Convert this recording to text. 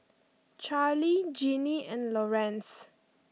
Charlie Jeanie and Lorenz